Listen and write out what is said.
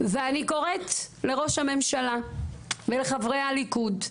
ואני קוראת לראש הממשלה ולחברי הליכוד,